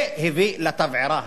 זה הביא לתבערה הנוכחית.